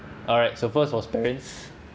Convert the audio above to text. alright so first was parents